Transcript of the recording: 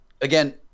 again